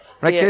right